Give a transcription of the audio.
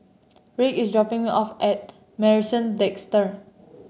Ricky is dropping me off at Marrison Desker